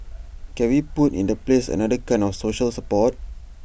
can we put in the place another kind of social support